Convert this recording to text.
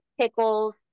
pickles